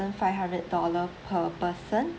five hundred dollar per person